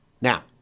Now